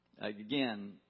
Again